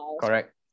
Correct